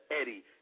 Eddie